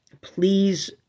Please